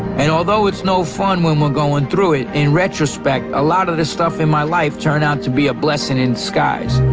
and although it's no fun when we're going through it, in retrospect a lot of the stuff in my life turned out to be a blessing in disguise.